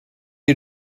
you